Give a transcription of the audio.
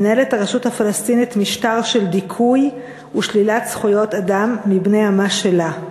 מנהלת הרשות הפלסטינית משטר של דיכוי ושלילת זכויות אדם מבני עמה שלה.